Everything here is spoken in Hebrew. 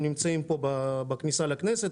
הם נמצאים פה בכניסה לכנסת.